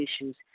issues